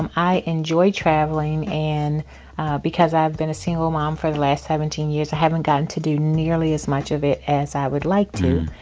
and i enjoy traveling, and because i've been a single mom for the last seventeen years, i haven't gotten to do nearly as much of it as i would like to.